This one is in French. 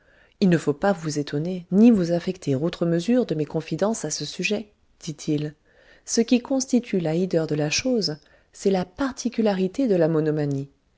il ne faut pas vous étonner ni vous affecter outre mesure de mes confidences à ce sujet dit-il ce qui constitue la hideur de la chose c'est la particularité de la monomanie